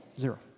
Zero